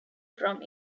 from